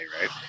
Right